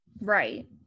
Right